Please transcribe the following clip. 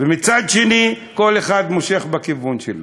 ומצד שני כל אחד מושך בכיוון שלו.